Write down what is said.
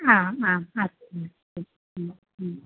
आम् आम् अस्तु अस्तु